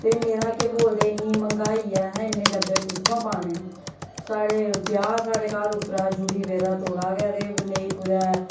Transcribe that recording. ते मेरा केह् बोलदे इन्नी मैंह्गाई ऐ असें इन्ने डब्बे कुत्थुआं पाने न साढ़े ब्याह साढ़े घर उप्परा जुड़ी गेदा तोला गै ते नेईं कुदै